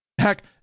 Heck